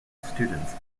students